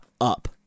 up